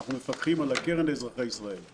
אנחנו מפקחים על הקרן לאזרחי ישראל.